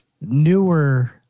newer